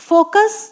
Focus